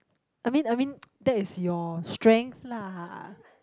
I mean I mean that is your strength lah